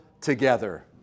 together